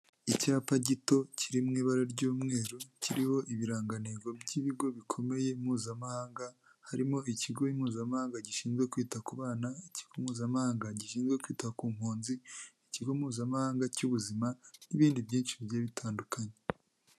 Icyapa gito kiri mu ibara ry'umweru, kiriho ibirangantego by'ibigo bikomeye mpuzamahanga, harimo ikigo mpuzamahanga gishinzwe kwita ku bana, ikigo mpuzamahanga gishinzwe kwita ku mpunzi, ikigo mpuzamahanga cy'ubuzima n'ibindi byinshi bigiye bitandukanye.